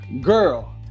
Girl